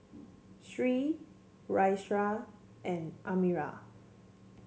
Sri Raisya and Amirah